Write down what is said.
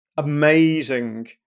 amazing